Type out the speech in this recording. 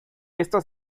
esta